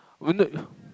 won't it